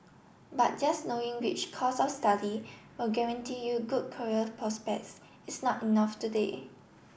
but just knowing which course of study will guarantee you good career prospects is not enough today